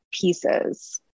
pieces